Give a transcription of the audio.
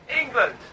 England